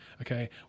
okay